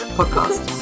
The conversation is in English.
podcast